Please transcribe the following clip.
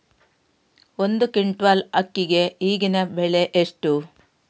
ಒಂದು ಕ್ವಿಂಟಾಲ್ ಅಕ್ಕಿಗೆ ಈಗಿನ ಬೆಲೆ ಎಷ್ಟು?